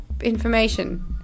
information